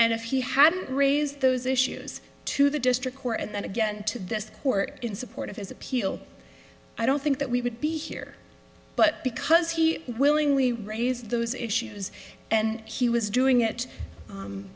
and if he hadn't raised those issues to the district court and then again to this court in support of his appeal i don't think that we would be here but because he willingly raise those issues and he was doing it